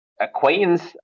acquaintance